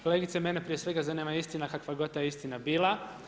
Kolegice, mene prije svega zanima istina, kakva god ta istina bila.